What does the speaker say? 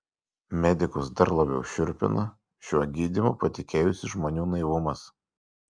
medikus dar labiau šiurpina šiuo gydymu patikėjusių žmonių naivumas